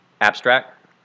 abstract